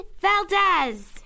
Valdez